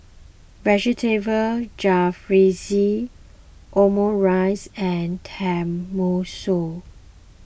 Vegetable Jalfrezi Omurice and Tenmusu